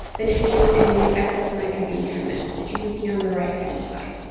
than it did in the excess nitrogen treatment. which you can see on the right-hand side.